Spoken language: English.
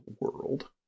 world